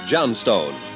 Johnstone